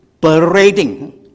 parading